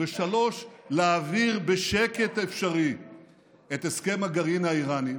3. להעביר בשקט האפשרי את הסכם הגרעין האיראני.